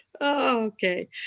Okay